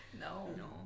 No